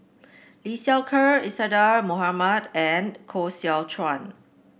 Lee Seow Ser Isadhora Mohamed and Koh Seow Chuan